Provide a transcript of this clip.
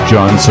John